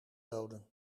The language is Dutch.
doden